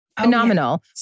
phenomenal